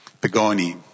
Pagani